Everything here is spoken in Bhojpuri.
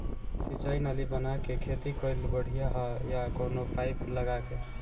सिंचाई नाली बना के खेती कईल बढ़िया ह या कवनो पाइप लगा के?